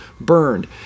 burned